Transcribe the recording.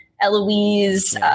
Eloise